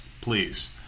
Please